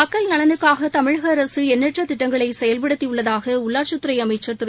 மக்கள் நலனுக்காக தமிழக அரசு எண்ணற்ற திட்டங்களை செயல்படுத்தி உள்ளதாக உள்ளாட்சித்துறை அமைச்சர் திரு